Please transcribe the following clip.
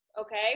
Okay